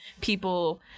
people